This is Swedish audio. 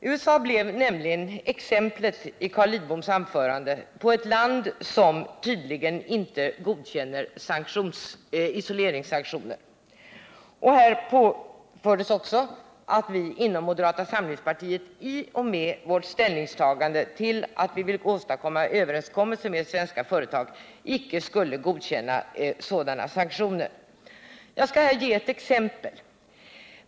USA blev nämligen i Carl Lidboms anförande exemplet på ett land som tydligen inte godkänner isoleringssanktioner. Och vi inom moderata samlingspartiet påfördes också — i och med vårt ställningstagande att vi vill åstadkomma överenskommelser med svenska företag — uppfattningen att vi icke skulle godkänna sådana sanktioner. Jag skall här ge ett exempel.